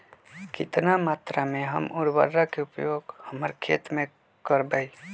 कितना मात्रा में हम उर्वरक के उपयोग हमर खेत में करबई?